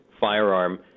firearm